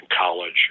college